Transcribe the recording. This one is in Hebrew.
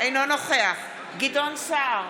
אינו נוכח גדעון סער,